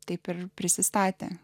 taip ir prisistatė